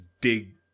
dig